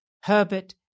Herbert